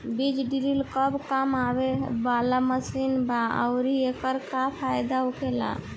बीज ड्रील कब काम आवे वाला मशीन बा आऊर एकर का फायदा होखेला?